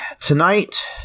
tonight